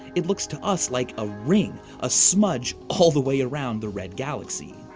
it looks to us like a ring a smudge all the way around the red galaxy.